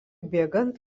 bėgant